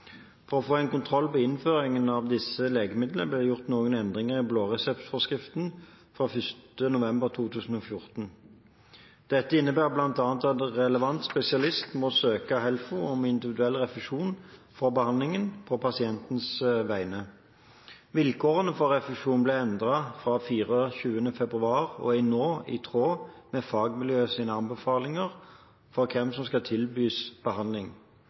For å få en kontroll på innføringen av disse legemidlene ble det gjort noen endringer i blåreseptforskriften fra 1. november 2014. Det innebærer bl.a. at relevant spesialist må søke HELFO om individuell refusjon for behandlingen, på pasientens vegne. Vilkårene for refusjon ble endret fra 24. februar og er nå i tråd med fagmiljøets anbefalinger for hvem som skal tilbys behandling.